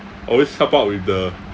always help out with the